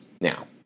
Now